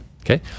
Okay